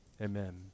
Amen